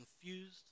confused